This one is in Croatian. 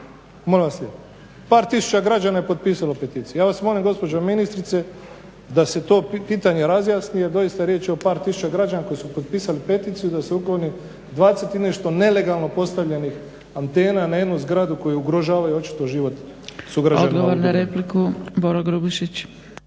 par tisuća građana je potpisalo peticiju. Ja vas molim gospođo ministrice da se to pitanje razjasni jer doista riječ je o par tisuća građana koji su potpisali peticiju da se ukloni 20 i nešto nelegalno postavljenih antena na jednu zgradu koja očito ugrožavaju život sugrađana Dubrovnika.